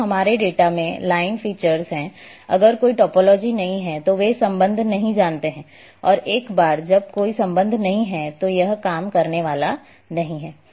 अगर हमारे डेटा में लाइन फीचर्स हैं अगर कोई टोपोलॉजी नहीं है तो वे संबंध नहीं जानते हैं और एक बार जब कोई संबंध नहीं है तो यह काम करने वाला नहीं है